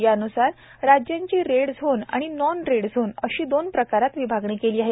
यान्सार राज्यांची red zone आणि non red zone अशी दोन प्रकारात विभागणी केली आहे